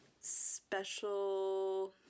Special